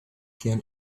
can